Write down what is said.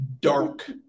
dark